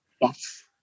Yes